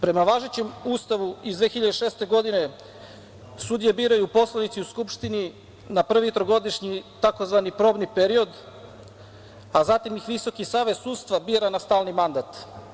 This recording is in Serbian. Prema važećem Ustavu iz 2006. godine sudije biraju poslanici u Skupštini na prvi trogodišnji, takozvani probni period, a zatim ih VSS bira na stalni mandat.